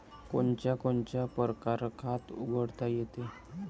कोनच्या कोनच्या परकारं खात उघडता येते?